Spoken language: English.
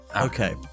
okay